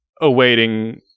awaiting